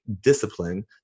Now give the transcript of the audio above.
discipline